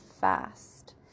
fast